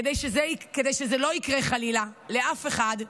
כדי שזה לא יקרה חלילה לאף אחד,